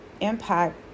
impact